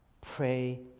pray